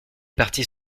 partis